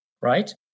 Right